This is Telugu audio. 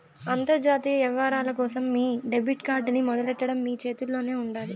అంతర్జాతీయ యవ్వారాల కోసం మీ డెబిట్ కార్డ్ ని మొదలెట్టడం మీ చేతుల్లోనే ఉండాది